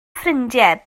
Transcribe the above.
ffrindiau